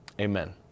Amen